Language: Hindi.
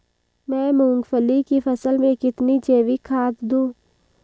मैं मूंगफली की फसल में कितनी जैविक खाद दूं?